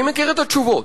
אני מכיר את התשובות.